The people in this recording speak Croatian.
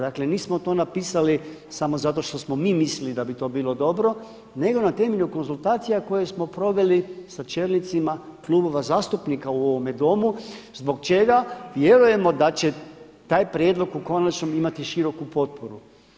Dakle nismo to napisali samo zato što smo mi mislili da bi to bilo dobro nego na temelju konzultacija koje smo proveli sa čelnicima klubova zastupnika u ovome Domu zbog čega vjerujemo da će taj prijedlog u konačnom imati široku potporu.